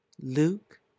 Luke